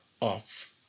off